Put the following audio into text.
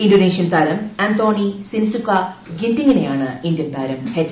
Indonesian താരം Anthony Sinisuka ഗിൻറ്റിങ്ങിനെയാണ് Indian താരം എച്ച്